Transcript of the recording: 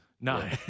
No